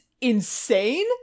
insane